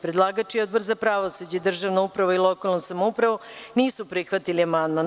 Predlagač i Odbor za pravosuđe, državnu upravu i lokalnu samoupravu nisu prihvatili amandman.